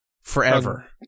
forever